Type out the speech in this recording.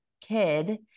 kid